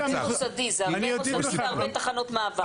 זה הרבה מוסדי והרבה תחנות מעבר.